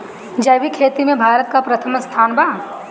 जैविक खेती में भारत का प्रथम स्थान बा